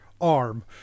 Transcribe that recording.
arm